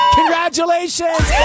Congratulations